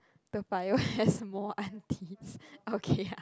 Toa-Payoh has more aunties okay ya